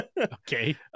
Okay